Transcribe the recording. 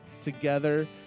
together